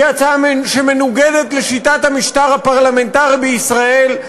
היא הצעה שמנוגדת לשיטת המשטר הפרלמנטרי בישראל.